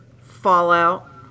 fallout